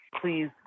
please